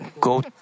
go